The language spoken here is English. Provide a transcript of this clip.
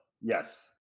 yes